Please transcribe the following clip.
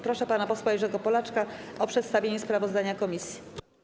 Proszę pana posła Jerzego Polaczka o przedstawienie sprawozdania komisji.